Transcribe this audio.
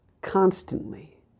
constantly